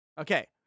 okay